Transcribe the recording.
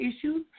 issues